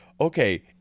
okay